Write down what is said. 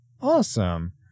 Awesome